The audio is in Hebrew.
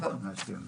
זה עבר.